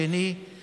הוא משלם 10,000